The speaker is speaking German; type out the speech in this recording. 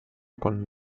konnten